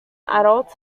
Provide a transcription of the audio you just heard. adults